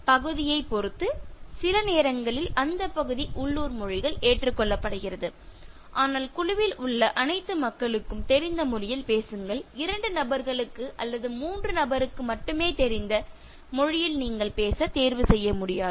பகுதியைப் பொறுத்து சில நேரங்களில் அந்தப் பகுதி உள்ளூர் மொழிகள் ஏற்றுக்கொள்ளப்படுகிறது ஆனால் குழுவில் உள்ள அனைத்து மக்களுக்கும் தெரிந்த மொழியில் பேசுங்கள் இரண்டு நபர்களுக்கு அல்லது மூன்று பேருக்கு மட்டுமே தெரிந்த மொழியில் பேச நீங்கள் தேர்வு செய்ய முடியாது